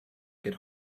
get